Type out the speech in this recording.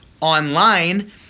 online